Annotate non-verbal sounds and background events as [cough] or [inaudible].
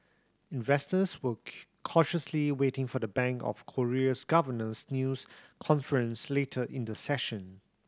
investors were [unintelligible] cautiously waiting for the Bank of Korea's governor's news conference later in the session